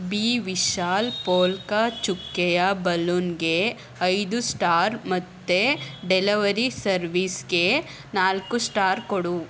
B Vishal polka ಚುಕ್ಕೆಯ ಬಲೂನ್ಗೆ ಐದು ಸ್ಟಾರ್ ಮತ್ತು ಡೆಲವರಿ ಸರ್ವಿಸ್ಗೆ ನಾಲ್ಕು ಸ್ಟಾರ್ ಕೊಡು